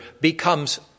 becomes